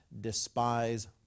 despise